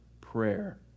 prayer